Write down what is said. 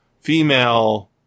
female